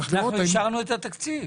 צריך לראות --- אנחנו אישרנו את התקציב.